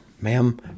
ma'am